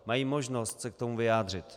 Mají možnost se k tomu vyjádřit.